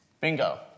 Bingo